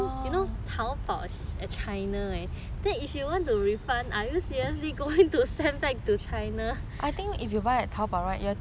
from china leh then if you want to refund are you seriously going to send back to china